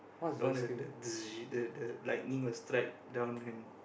the one that that the the lightning will strike down and